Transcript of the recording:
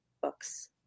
books